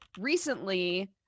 recently